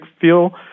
feel